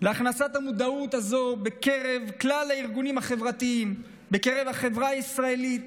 להכנסת המודעות הזו בקרב כלל הארגונים החברתיים ובקרב החברה הישראלית,